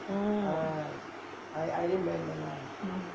mm